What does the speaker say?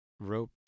Rope